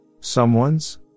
someones